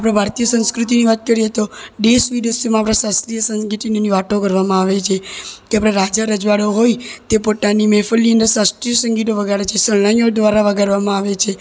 આપળે ભારતીય સંસ્કૃતિની વાત કરીએ તો દેશ વિદેશોમાં આપણા શાસ્ત્રીય સંગીતની વાતો કરવામાં આવે છે કે આપણા રાજા રજવાડા હોય તે પોતાની મહેફિલની અંદર શાસ્ત્રીય સંગીતો વગાડે છે શરણાઈઓ દ્વારા વગાળવામાં આવે છે